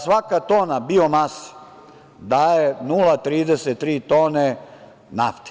Svaka tona biomasi daje 0,33 tone nafte.